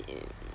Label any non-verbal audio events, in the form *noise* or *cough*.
*noise*